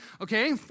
Okay